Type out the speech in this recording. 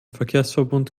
verkehrsverbund